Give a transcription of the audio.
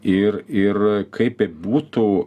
ir ir kaip bebūtų